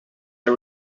are